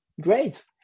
great